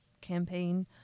campaign